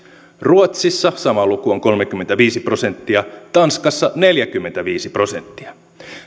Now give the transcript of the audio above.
ruotsissa sama luku on kolmekymmentäviisi prosenttia tanskassa neljäkymmentäviisi prosenttia